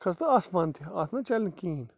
ژٕ کھس تہٕ آسمان تہِ اَتھ نَہ چلہِ نہٕ کِہیٖنٛۍ